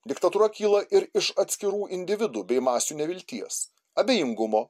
diktatūra kyla ir iš atskirų individų bei masių nevilties abejingumo